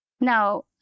Now